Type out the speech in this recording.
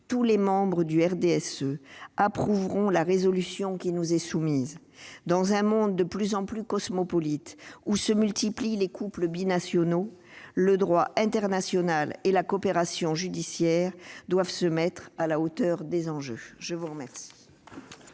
tous les membres du RDSE approuveront la proposition de résolution qui nous est soumise. Dans un monde de plus en plus cosmopolite où se multiplient les couples binationaux, le droit international et la coopération judiciaire doivent se mettre à la hauteur des enjeux. La parole